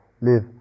live